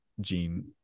Gene